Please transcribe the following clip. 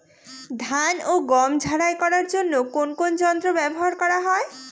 ধান ও গম ঝারাই করার জন্য কোন কোন যন্ত্র ব্যাবহার করা হয়?